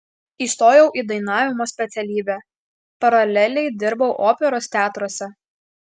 įstojau į dainavimo specialybę paraleliai dirbau operos teatruose